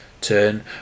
turn